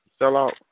sellout